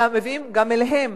אלא מביאים גם אליהם,